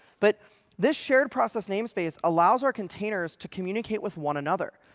but this shared process namespace allows our containers to communicate with one another.